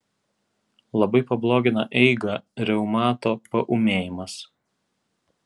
labai pablogina eigą reumato paūmėjimas